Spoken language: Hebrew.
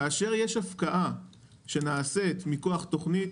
כאשר יש הפקעה שנעשית מכוח תוכנית,